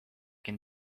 can